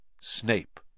Snape